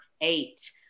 eight